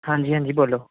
ਹਾਂਜੀ ਹਾਂਜੀ ਬੋਲੋ